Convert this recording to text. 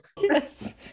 Yes